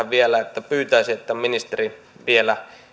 vielä että ministeri vielä